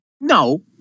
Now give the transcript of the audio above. No